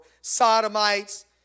sodomites